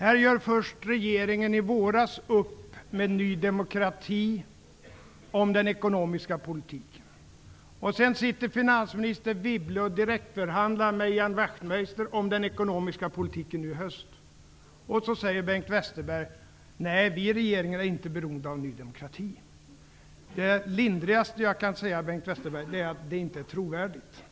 Fru talman! Först gjorde regeringen i våras upp med Ny demokrati om den ekonomiska politiken. Sedan satt finansminister Wibble nu i höst och direktförhandlade med Ian Wachtmeister om den ekonomiska politiken. Bengt Westerberg säger: Vi i regeringen är inte beroende av Ny demokrati. Det lindrigaste jag kan säga är att det som Bengt Westerberg säger inte är trovärdigt.